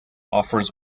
offers